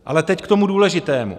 Ale teď k tomu důležitému.